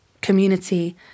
community